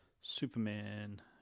Superman